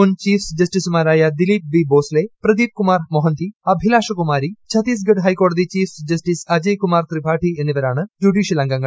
മുൻ ചീഫ് ജസ്റ്റിസുമാരായ ദിലീപ് ബി ബോസ്ലെ പ്രദീപ് കുമാർ മൊഹന്തി അഭിലാഷ കുമ്പൂരി ഛത്തീസ്ഗഡ് ഹൈക്കോടതി ചീഫ് ജസ്റ്റിസ് അജയ്കുമാർ ത്രിപാഠി എന്നിവരാണ് ജുഡീഷ്യൽ അംഗൃങ്ങൾ